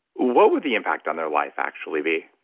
what would the impact on their life actually be?